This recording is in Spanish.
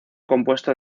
compuesto